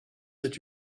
that